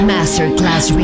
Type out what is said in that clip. Masterclass